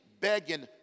begging